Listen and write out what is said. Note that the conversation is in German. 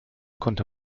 konnte